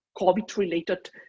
COVID-related